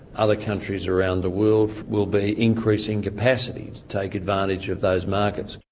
other countries around the world, will be increasing capacity to take advantage of those markets.